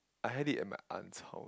I had it in my aunt's house